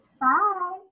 Bye